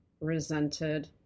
resented